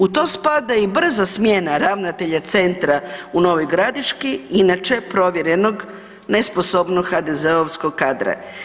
U to spada i brza smjena ravnatelja centra u Novoj Gradiški inače provjerenog nesposobnog HDZ-ovskog kadra.